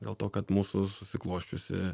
dėl to kad mūsų susiklosčiusi